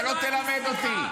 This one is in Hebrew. אתה לא תלמד אותי.